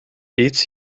each